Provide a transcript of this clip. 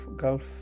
gulf